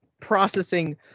processing